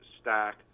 stack